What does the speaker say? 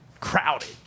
crowded